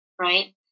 right